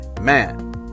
man